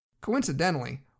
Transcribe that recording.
Coincidentally